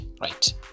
Right